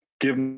give